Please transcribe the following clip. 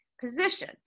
position